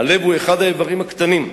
הלב הוא אחד האיברים הקטנים,